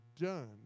done